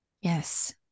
Yes